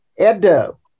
Edo